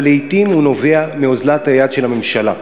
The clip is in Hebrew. אבל לעתים הוא נובע מאוזלת היד של הממשלה.